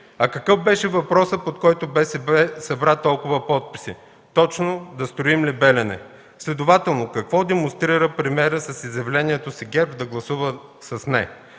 А какъв беше въпросът, под който БСП събра толкова подписи? Точно: „Да строим ли „Белене”?” Следователно какво демонстрира премиерът с изявлението си ГЕРБ да гласува с „не”?